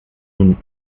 nun